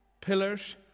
Pillars